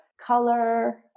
color